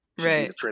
Right